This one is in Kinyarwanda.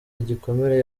igikomere